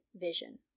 vision